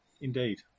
Indeed